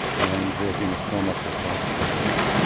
and was in a coma for quite few days.